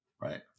Right